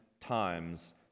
times